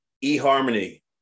E-harmony